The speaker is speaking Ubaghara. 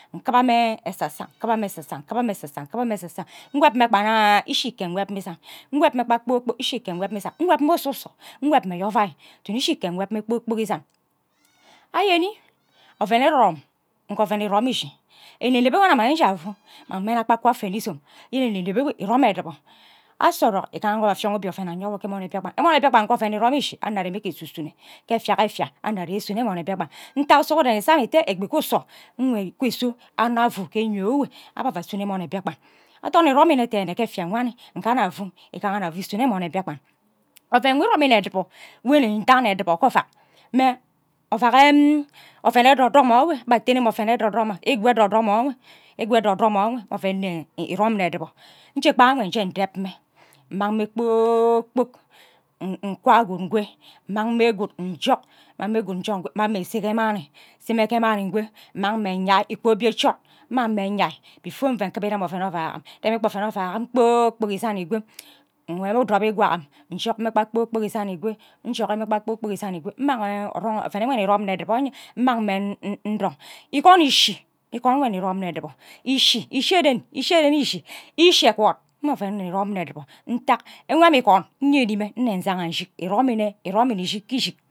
Nkiba mme asesa nkimba mme esesa nkiba mme esesan nkiba mme esesa esesan nwob mme gba nna ishi ke nweb mme isan nwob mme gba kpor kpok ishi ke nweb mme isan nweb mme ususo nweb mme ayo ovai duduk ishi ke nwob mme kpor kpok isan anyeni oven ererom nkor oven ishi enene b nwo nje anuk ama nje afu mmang mme nkukor kpa akwa afene izom yene eneneb enwe irom idibo asa orok igaha nga aba afiong obie oven eyanwo ghe emon nne mbiakpan emon nne mbiakpan nke oven irom ishi anno are mme ke esugune ke efia ke efia anno are isono emon nne mbiakpan ntaghe sughuren isa mme ite egbi ke uso mwi kwi usa imno afu ghe enyowe abe ava asuno emon nne mbiakpan athon iromi nne dene ke efia wani nvana nfu igaha anno afu isuno emmon nne mbiakpan oven nwo iromi nne edibo nwo nne ndan ebibo ke ovak mme irom nne edibo nje gba enwe nje ndeb mme mang mme kpor kpok nkwu guud nkwe mang, mme gwud njok mmang mme gaud njok nkwo mmang mme nse ghe mani nse mme ke mani nkwe nmang mme nyai ikwo obie chod mmang mme nyai before nve ngim ba irem oven ovak nremi gba oven ovak agim kpe kpakpok isan ikwe nrem idom ikwa agini njok mme kpa kper kpok isan ikwe njoki mme kpor kpok isan ikwe nmang ghe oven enwe ndie irom nne edibo nye mmang mme ndong igan ishi igon nwo nni irom nne edibo ishi ishi den ishi ren ishi ishi egword mme oven nni irom nne edibo nta nwe amne igun nyeni mme nne janga njik iromi nne iromi nne ishik ke ishik